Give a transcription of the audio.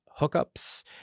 hookups